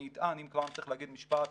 אם אני כבר צריך להגיד משפט